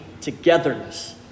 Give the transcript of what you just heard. togetherness